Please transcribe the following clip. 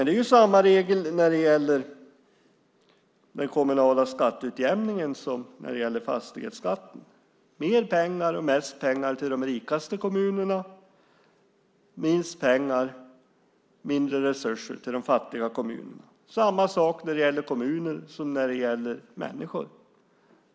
Det är samma regel när det gäller den kommunala skatteutjämningen som när det gäller fastighetsskatten. Mer pengar och mest pengar till de rikaste kommunerna, minst pengar och mindre resurser till de fattiga kommunerna. Det är samma sak när det gäller kommuner som när det gäller människor.